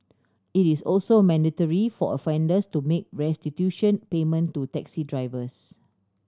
it is also mandatory for offenders to make restitution payment to taxi drivers